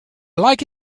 like